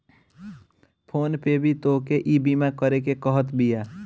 phone पे भी तोहके ईबीमा करेके कहत बिया